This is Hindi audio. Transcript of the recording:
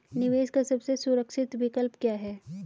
निवेश का सबसे सुरक्षित विकल्प क्या है?